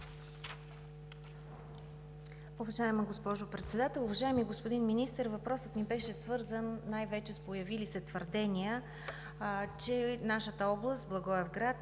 Уважаема госпожо Председател! Уважаеми господин Министър, въпросът ми беше свързан най-вече с появили се твърдения, че нашата област – Благоевград,